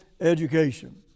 education